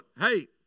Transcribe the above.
hey